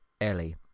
Ellie